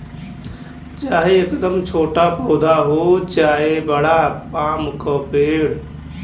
चाहे एकदम छोटा पौधा हो चाहे बड़ा पाम क पेड़